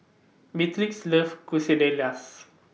Beatrix loves Quesadillas